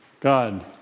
God